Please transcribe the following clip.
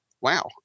wow